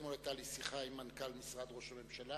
אתמול היתה לי שיחה עם מנכ"ל משרד ראש הממשלה.